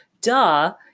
duh